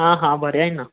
हा हा न